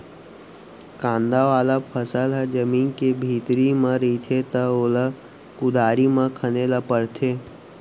कांदा वाला फसल ह जमीन के भीतरी म रहिथे त ओला कुदारी म खने ल परथे